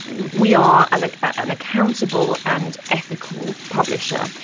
we are an like an accountable and ethical publisher.